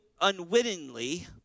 unwittingly